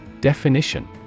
Definition